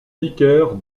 vicaire